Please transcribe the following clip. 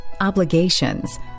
obligations